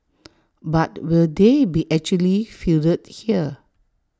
but will they be actually fielded here